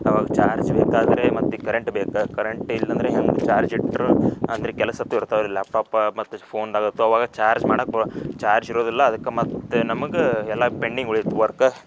ಆವಾಗ ಚಾರ್ಜ್ ಬೇಕಾದರೆ ಮತ್ತು ಕರೆಂಟ್ ಬೇಕ ಕರೆಂಟ್ ಇಲ್ಲ ಅಂದ್ರೆ ಹೆಂಗೆ ಚಾರ್ಜ್ ಇಟ್ರೂ ಅಂದ್ರೆ ಕೆಲಸದು ಇರ್ತಾವೆ ಲ್ಯಾಪ್ಟಾಪ್ದಾಗ ಮತ್ತು ಫೋನ್ದಾಗ ಆವಾಗ ಚಾರ್ಜ್ ಮಾಡೋಕೆ ಬ್ ಚಾರ್ಜ್ ಇರೋದಿಲ್ಲ ಅದಕ್ಕೆ ಮತ್ತು ನಮ್ಗೆ ಎಲ್ಲ ಪೆಂಡಿಂಗ್ ಉಳಿಯುತ್ತೆ ವರ್ಕ